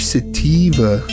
Sativa